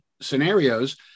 scenarios